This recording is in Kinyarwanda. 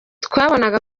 twabonaga